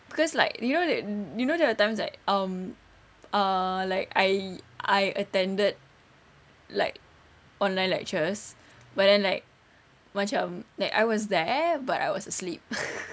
cause like you know you know there are times like um uh like I I attended like online lectures but then like macam like I was there but I was asleep